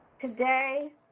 Today